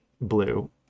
blue